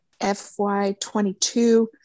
FY22